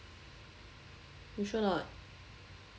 you sure or not